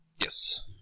Yes